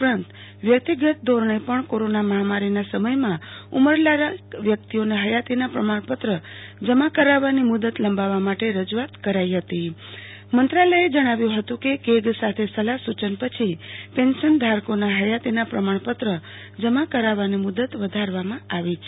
ઉપરાંત વ્યક્તિગત ધોરણે પણ કોરોના મહામારીના સમયમાં ઉમરલાયક વ્યક્તિઓને હયાતીના પ્રમાણપત્ર જમા કરાવવાની મુદત લંબાવવા માટે રજૂઆત કરાઈ હતી મંત્રાલયે જણાવ્યું હતું કે કેગ સાથે સલાહ સુચન પછી પેન્શનધારકોના હયાતીના પ્રમાણપત્ર જમા કરાવવાની મુદત વધારવામાં આવી છે